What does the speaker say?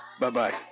Bye-bye